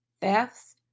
thefts